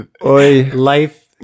Life